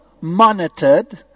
monitored